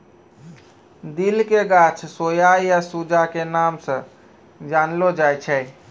दिल के गाछ सोया या सूजा के नाम स जानलो जाय छै